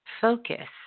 focus